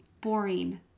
boring